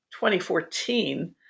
2014